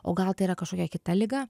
o gal tai yra kažkokia kita liga